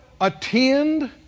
attend